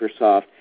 Microsoft